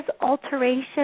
alteration